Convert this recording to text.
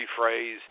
rephrase